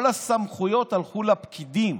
כל הסמכויות הלכו לפקידים.